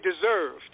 deserved